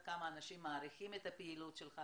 כמה אנשים מעריכים את הפעילות שלך.